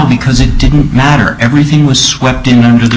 because it didn't matter everything was swept under the